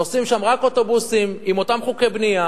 נוסעים שם רק אוטובוסים, עם אותם חוקי בנייה